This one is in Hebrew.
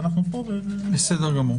בסדר.